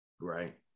Right